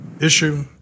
issue